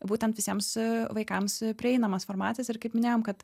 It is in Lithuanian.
būtent visiems vaikams prieinamas formatas ir kaip minėjom kad